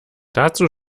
dazu